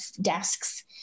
desks